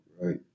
right